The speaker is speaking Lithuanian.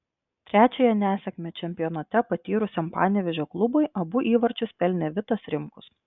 trečiąją nesėkmę čempionate patyrusiam panevėžio klubui abu įvarčius pelnė vitas rimkus